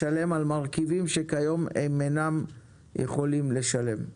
לשלם על מרכיבים שכיום הם אינם יכולים לשלם.